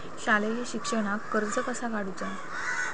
शालेय शिक्षणाक कर्ज कसा काढूचा?